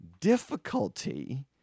difficulty